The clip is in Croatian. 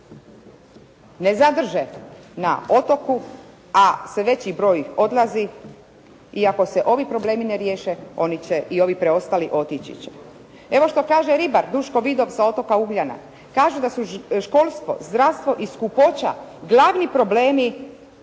ne zadrže na otoku, a sve veći broj odlazi i ako se ovi problemi ne riješe oni će, i ovi preostali otići će. Evo što kaže ribar Duško Vidov sa otoka Ugljana. Kaže da su školstvo, zdravstvo i skupoća glavni problemi